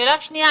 שאלה שנייה,